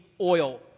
oil